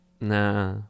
Nah